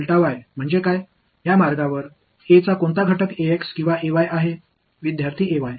A இன் எந்த கூறு அல்லது இந்த பாதையில் உள்ளது